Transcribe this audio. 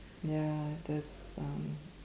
ya just some